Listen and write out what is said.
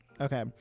Okay